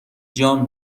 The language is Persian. جان